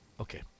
Okay